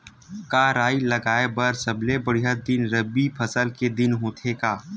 का राई लगाय बर सबले बढ़िया दिन रबी फसल के दिन होथे का?